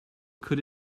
could